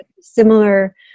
similar